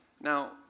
Now